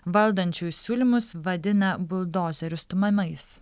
valdančiųjų siūlymus vadina buldozeriu stumiamais